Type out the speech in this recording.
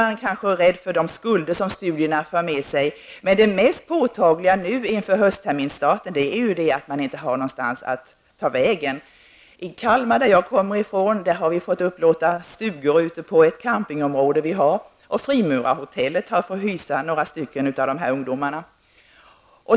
Man är kanske rädd för de skulder som studierna för med sig, men det mest påtagliga nu inför höstterminsstarten är ju att man inte har någonstans att ta vägen. I Kalmar, varifrån jag kommer, har vi fått upplåta stugor på ett campingområde. Frimurarhotellet har också fått hysa några av ungdomarna.